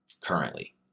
Currently